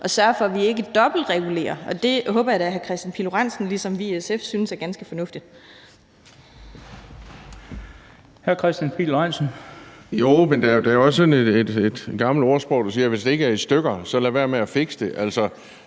og sørge for, at vi ikke dobbeltregulerer. Det håber jeg da at hr. Kristian Pihl Lorentzen ligesom os i SF synes er ganske fornuftigt.